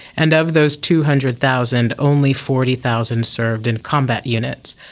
and of those two hundred thousand, only forty thousand served in combat units.